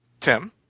tim